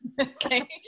okay